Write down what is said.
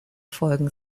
folgen